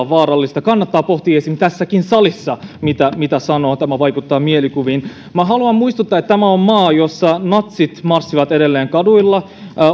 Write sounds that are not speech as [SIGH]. [UNINTELLIGIBLE] vaarallista kannattaa pohtia esimerkiksi tässäkin salissa mitä mitä sanoo tämä vaikuttaa mielikuviin minä haluan muistuttaa että tämä on maa jossa natsit marssivat edelleen kaduilla